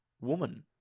woman